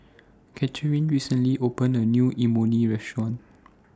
Cathrine recently opened A New Imoni Restaurant